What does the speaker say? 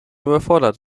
überfordert